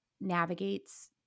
navigates